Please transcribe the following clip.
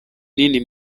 nini